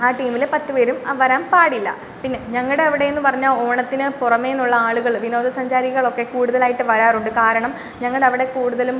ആ ടീമിൽ പത്ത് പേരും വരാൻ പാടില്ല പിന്നെ ഞങ്ങളുടെ അവിടെന്ന് പറഞ്ഞാൽ ഓണത്തിന് പുറമേന്നുള്ള ആളുകൾ വിനോദസഞ്ചാരികളൊക്കെ കൂടുതലായിട്ട് വരാറുണ്ട് കാരണം ഞങ്ങടവിടെ കൂടുതലും